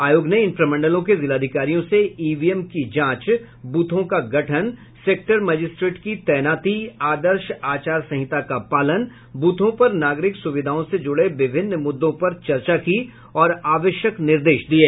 आयोग ने इन प्रमंडलों के जिलाधिकारियों से ईवीएम की जांच ब्रथों का गठन सेक्टर मजिस्ट्रेट की तैनाती आदर्श आचारसंहिता का पालन बूथों पर नागरिक सुविधाओं से जुड़े विभिन्न मुद्दों पर चर्चा की और आवश्यक निर्देश दिये